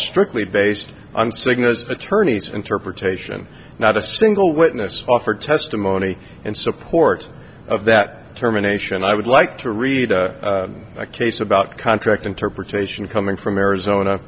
strictly based on cygnus attorney's interpretation not a single witness offered testimony and support of that determination i would like to read a case about contract interpretation coming from arizona